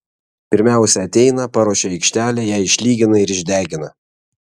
pirmiausia ateina paruošia aikštelę ją išlygina ir išdegina